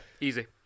easy